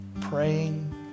Praying